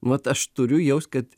vat aš turiu jaust kad